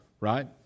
right